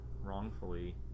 wrongfully